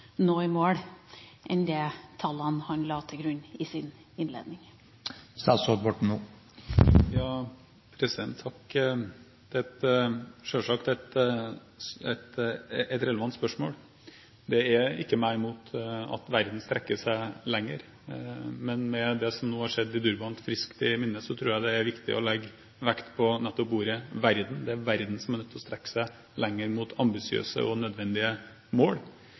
nå målet, enn de tallene han la til grunn i sin innledning. Det er selvsagt et relevant spørsmål. Det er ikke meg imot at verden strekker seg lenger. Men med det som nå har skjedd i Durban friskt i minne, tror jeg det er viktig å legge vekt på nettopp ordet «verden». Det er verden som er nødt til å strekke seg lenger mot ambisiøse og nødvendige mål.